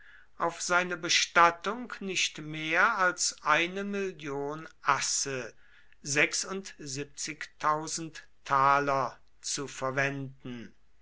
auf seine bestattung nicht mehr als mill asse zu verwenden